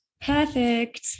Perfect